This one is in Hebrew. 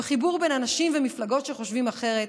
בחיבור בין אנשים ומפלגות שחושבים אחרת,